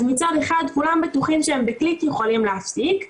אז מצד אחד כולם מוכנים שהם בצ'יק יכולים להפסיק,